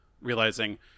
realizing